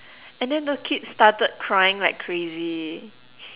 and then the kids started crying like crazy